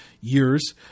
years